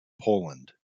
poland